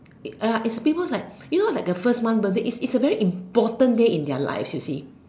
uh if people like you know like a first month birthday it's it's a very important day in their life you see